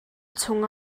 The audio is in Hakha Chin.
chung